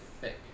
thick